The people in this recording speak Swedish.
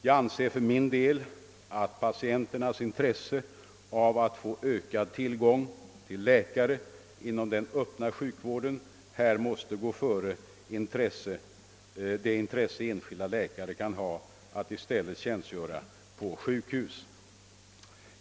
Jag anser för min del att patienternas intresse av att få ökad tillgång till läkare inom den öppna sjukvården måste gå före det intresse som enskilda läkare kan ha av att tjänstgöra på sjukhus.